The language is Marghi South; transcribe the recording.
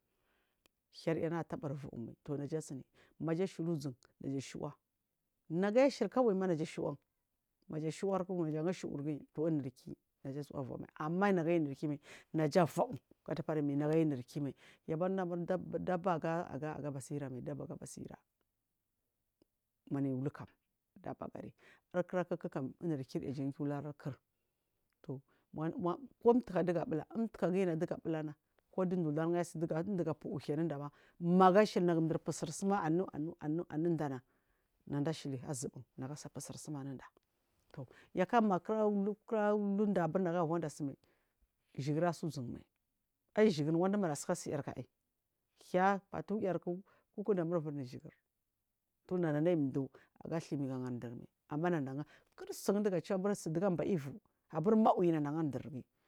Hyana atabari voulu mai toh naja asuni maja ashili zun naja shiwa nagua iyi shili ma naja shiwa maja shiwariku shuwirguyi nagu unuriki naja asuni naja suwa vawumai ma nagu aiyi unuyi unirkimai yabarɗugu anu aɓeri ɗaba aiyi mar aga basira maira manayi wukam ɗabagari arkura kuku kam unvirkrrya jan giyu wari aɗi toh ko umtuka dugu abula umtuka ɗugu abulana ɗuda ulargu aiyi shili ɗugu pu uhuwi anuɗa ma magu ashile nagu nduri pu sursum anuda nama anuɗana naɗa shili nɗa azubun nagu asa pusur sum anuɗa to yakarmagu kura wuɗa ga wanda sumai shigir asusun mai al shigir waɗumur asuka su yarku ai hiya, patuyarku, ku kunamur wurinu shiyir tunɗa naɗa aimɗu agathumiga gaɗrmai ama naɗa anga kulsugu ɗugu achu ɗugu aɓaya ivu abur mawi nada angardirgiyi.